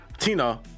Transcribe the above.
Tina